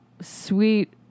sweet